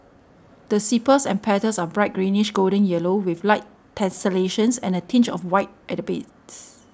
the sepals and petals are bright greenish golden yellow with light tessellations and a tinge of white at the base